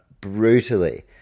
brutally